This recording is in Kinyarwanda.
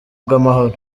bw’amahoro